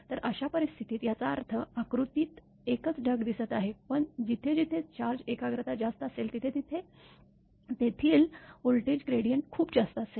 तर अशा परिस्थितीत याचा अर्थ आकृतीत एकच ढग दिसत आहे पण जिथे जिथे चार्ज एकाग्रता जास्त असेल तिथे तेथील व्होल्टेज ग्रेडिएंट खूप जास्त असेल